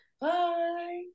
bye